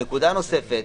הנקודה הנוספת